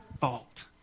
fault